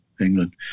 England